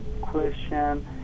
question